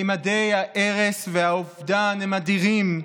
ממדי ההרס והאובדן הם אדירים,